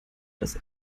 das